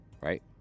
Right